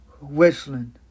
whistling